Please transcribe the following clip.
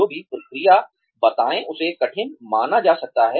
जो भी प्रक्रिया बताएं उसे कठिन माना जा सकता है